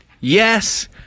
Yes